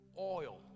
oil